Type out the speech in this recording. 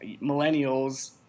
millennials